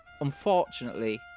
unfortunately